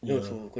ya